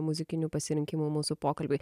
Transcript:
muzikinių pasirinkimų mūsų pokalbiui